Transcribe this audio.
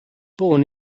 born